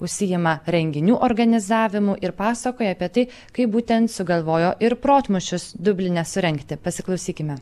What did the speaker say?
užsiima renginių organizavimu ir pasakoja apie tai kaip būtent sugalvojo ir protmūšius dubline surengti pasiklausykime